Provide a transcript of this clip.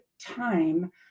time